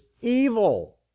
evil